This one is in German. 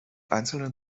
einzelnen